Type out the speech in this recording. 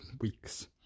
weeks